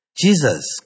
Jesus